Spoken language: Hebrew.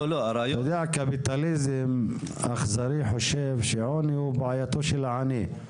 אתה יודע הקפיטליזם האכזרי חושב שהון הוא בעייתו של העני,